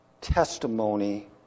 testimony